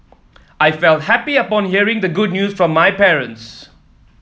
I felt happy upon hearing the good news from my parents